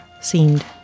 seemed